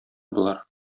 болар